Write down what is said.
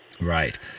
right